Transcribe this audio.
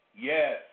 Yes